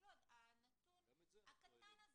אפילו הנתון הקטן הזה,